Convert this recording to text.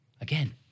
Again